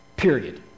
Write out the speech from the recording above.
Period